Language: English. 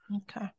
Okay